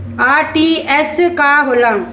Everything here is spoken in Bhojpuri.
आर.टी.जी.एस का होला?